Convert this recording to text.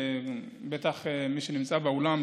ובטח מי שנמצא באולם,